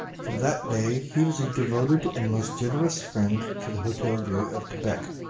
from that day he was a devoted and most generous friend to the hotel-dieu of quebec.